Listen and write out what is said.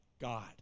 God